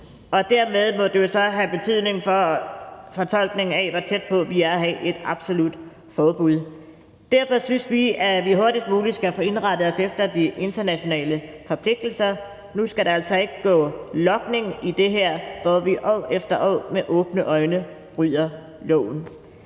og dermed må det jo så have betydning for fortolkningen af, hvor tæt vi er på at have et absolut forbud. Derfor synes vi, at vi hurtigst muligt skal få indrettet os efter de internationale forpligtelser. Nu skal der altså ikke gå logning i det her, hvor vi år efter år med åbne øjne bryder loven.